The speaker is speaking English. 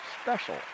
special